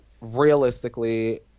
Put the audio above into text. realistically